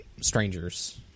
strangers